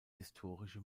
historische